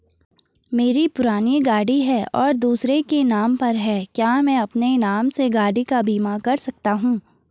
मेरी पुरानी गाड़ी है और दूसरे के नाम पर है क्या मैं अपने नाम से गाड़ी का बीमा कर सकता हूँ?